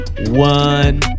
one